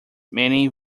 many